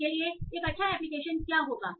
उसके लिए एक अच्छा एप्लीकेशन क्या होगा